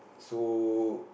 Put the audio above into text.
so